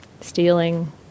stealing